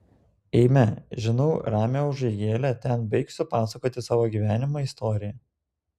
eime žinau ramią užeigėlę ten baigsiu pasakoti savo gyvenimo istoriją